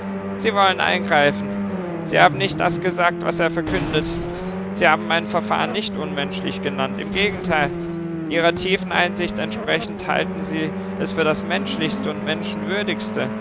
sie wollen eingreifen sie haben nicht das gesagt was er verkündet sie haben mein verfahren nicht unmenschlich genannt im gegenteil ihrer tiefen einsicht entsprechend halten sie es für das menschlichste und